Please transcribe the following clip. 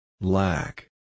Black